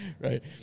Right